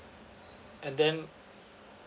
and then